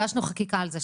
הגשנו חקיקה על זה,